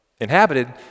inhabited